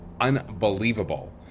unbelievable